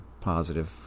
positive